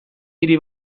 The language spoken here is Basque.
hiri